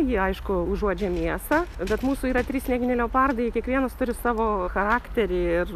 jie aišku užuodžia mėsą bet mūsų yra trys snieginiai leopardai kiekvienas turi savo charakterį ir